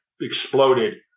exploded